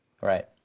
Right